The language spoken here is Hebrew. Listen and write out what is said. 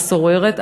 השוררת,